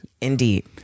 Indeed